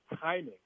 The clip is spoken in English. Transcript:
timing